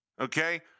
okay